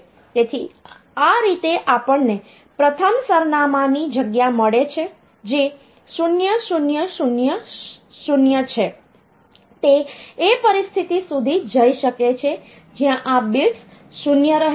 તેથી આ રીતે આપણને પ્રથમ સરનામાંની જગ્યા મળે છે જે 0000 છે તે એ પરિસ્થિતિ સુધી જઈ શકે છે જ્યાં આ બિટ્સ 0 રહે છે પરંતુ આ 1 છે